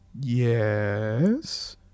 yes